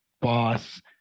boss